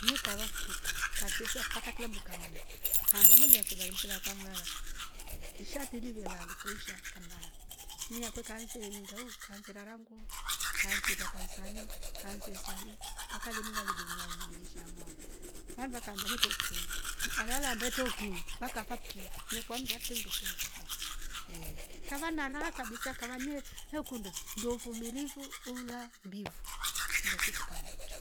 nikawa fituko kacheza mpaka kila unduka manya ngambu malia surale fmfilalwe kwangrara nishati tidilive la lifoisha kamrara nia kwe kanze linda uu kanse narangwa kansira kansani kanze sani mpaka le nonga li duniani na maisha mwo hamva ka mbanye tuokima malal mbetokiima nakafa kio kunukwa ndawate ndo chooza vo ehh kava narara kabisa kavanie hekunda ndo ufumilifu ula mbivu ndo kitu kama icho